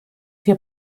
wir